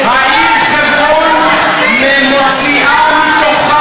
אני קוראת אותך לסדר.